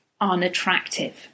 unattractive